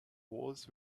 walls